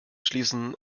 schließen